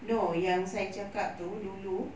no yang saya cakap itu dulu